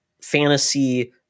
fantasy